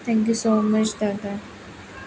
thank you so much Dada